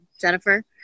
Jennifer